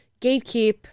gatekeep